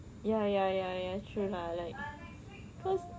ya ya ya ya true lah like cause